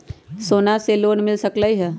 सोना से लोन मिल सकलई ह?